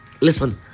listen